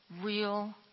real